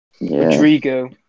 Rodrigo